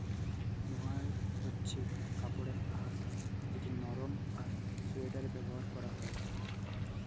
mohair হছে কাপড়ের আঁশ যেট লরম আর সোয়েটারে ব্যাভার ক্যরা হ্যয়